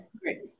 great